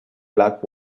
black